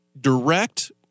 direct